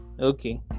Okay